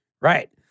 right